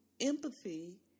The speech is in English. empathy